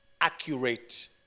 accurate